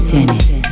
Dennis